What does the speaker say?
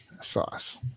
sauce